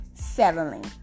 settling